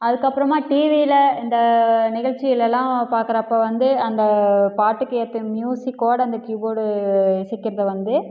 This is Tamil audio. அதுக்கப்பறமாக டிவியில இந்த நிகழ்ச்சிகள் எல்லாம் பார்க்குறப்ப வந்து அந்த பாட்டுக்கு ஏற்ற மியூசிக்கோட அந்த கீபோர்டு இசைக்கிறது வந்து